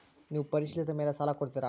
ನೇವು ಪರಿಶೇಲಿಸಿದ ಮೇಲೆ ಸಾಲ ಕೊಡ್ತೇರಾ?